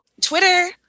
Twitter